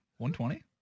120